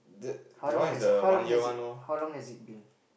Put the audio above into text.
how long has it how long has it how long has it been